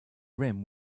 rim